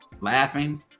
laughing